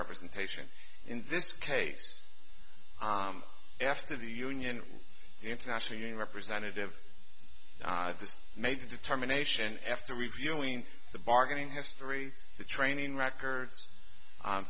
representation in this case after the union international union representative of this made the determination after reviewing the bargaining history the training record